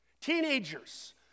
Teenagers